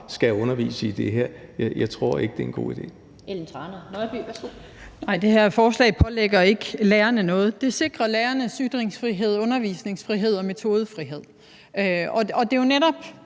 Kl. 11:53 Ellen Trane Nørby (V): Nej, det her forslag pålægger ikke lærerne noget. Det sikrer lærernes ytringsfrihed, undervisningsfrihed og metodefrihed. Det er jo netop